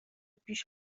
پیش